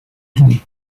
d’une